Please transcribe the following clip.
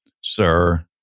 Sir